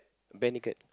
bare naked